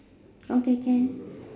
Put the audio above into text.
okay can